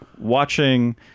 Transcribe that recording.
watching